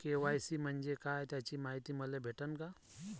KYC म्हंजे काय याची मायती मले भेटन का?